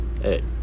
hey